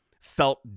felt